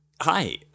hi